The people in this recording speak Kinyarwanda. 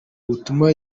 butumwa